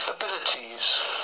abilities